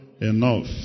enough